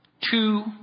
two